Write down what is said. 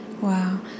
Wow